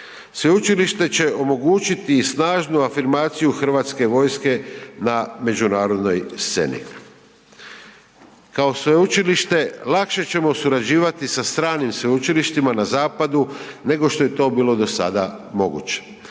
Sveučilište će omogućiti i snažnu afirmaciju Hrvatske vojske na međunarodnoj sceni. Kao sveučilište, lakše ćemo surađivati sa stranim sveučilištima na zapadu nego što je to bilo do sada moguće.